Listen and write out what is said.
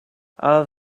are